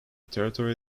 territory